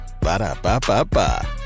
Ba-da-ba-ba-ba